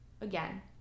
Again